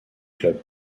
club